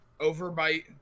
overbite